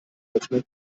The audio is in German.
offenen